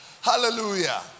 Hallelujah